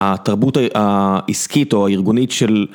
ה...תרבות האי-ה...עסקית, או הארגונית של